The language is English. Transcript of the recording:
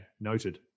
Noted